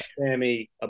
Sammy